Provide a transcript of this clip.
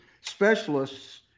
specialists